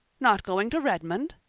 not going to redmond!